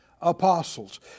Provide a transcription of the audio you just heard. apostles